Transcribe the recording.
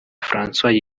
françois